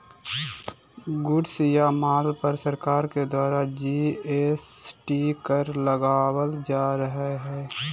goods या माल पर सरकार द्वारा जी.एस.टी कर लगावल जा हय